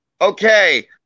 Okay